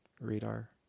radar